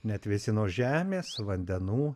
neatvėsino žemės vandenų